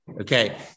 okay